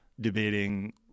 debating